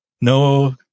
No